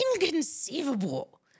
inconceivable